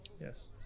Yes